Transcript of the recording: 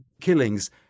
killings